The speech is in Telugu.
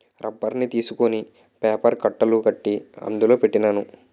రబ్బర్ని తీసుకొని పేపర్ కట్టలు కట్టి అందులో పెట్టినాను